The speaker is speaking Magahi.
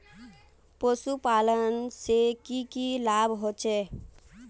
पशुपालन से की की लाभ होचे?